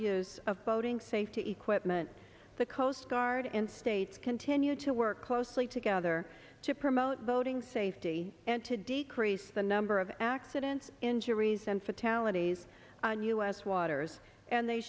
use of boating safety equipment the coast guard and states continue to work closely together to promote boating safety and to decrease the number of accidents injuries and fatalities in u s waters and they